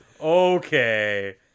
Okay